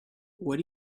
what